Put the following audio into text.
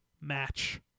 match